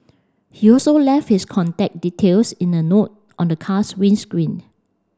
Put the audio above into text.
he also left his contact details in a note on the car's windscreen